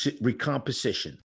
recomposition